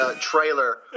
trailer